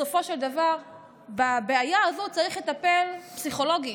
בסופו של דבר בבעיה הזאת צריך לטפל פסיכולוגית.